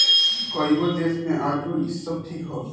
कएगो देश मे आजो इ सब ठीक ह